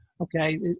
okay